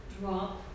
drop